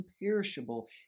imperishable